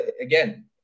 again